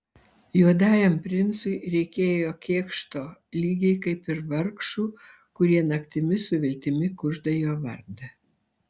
juodajam princui reikėjo kėkšto lygiai kaip ir vargšų kurie naktimis su viltimi kužda jo vardą